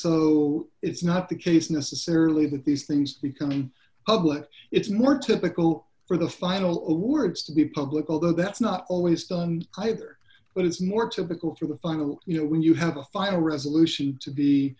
so it's not the case necessarily that these things become public it's not typical for the final awards to be public although that's not always done either but it's more typical to the final you know when you have a final resolution to be